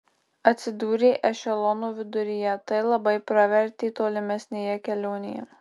atsidūrė ešelono viduryje tai labai pravertė tolimesnėje kelionėje